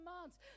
months